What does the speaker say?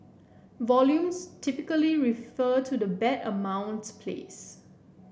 volumes typically refer to the bet amounts place